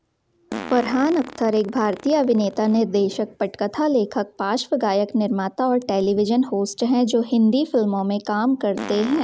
फरहान अख्तर एक भारतीय अभिनेता निर्देशक पटकथा लेखक पार्श्व गायक निर्माता और टेलीविजन होस्ट हैं जो हिंदी फिल्मों में काम करते हैं